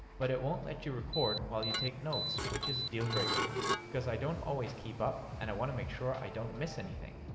but it won't let you record while you take notes, which is a deal breaker for me, cause i don't always keep up, and i wanna make sure i don't miss anything.